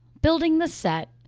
building the set,